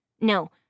No